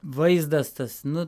vaizdas tas nu